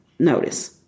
Notice